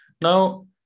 now